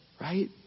Right